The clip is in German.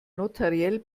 notariell